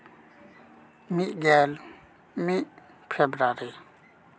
ᱢᱤᱫ ᱜᱮᱞ ᱢᱤᱫ ᱯᱷᱮᱵᱽᱨᱩᱣᱟᱨᱤ